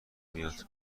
میاد